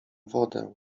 wodę